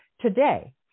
today